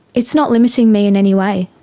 it's not limiting me in any way.